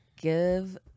give